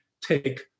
take